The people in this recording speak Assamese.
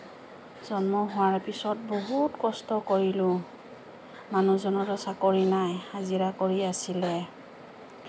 জন্ম হোৱাৰ পিছত বহুত কষ্ট কৰিলোঁ মানুহজনৰ চাকৰি নাই হাজিৰা কৰি আছিলে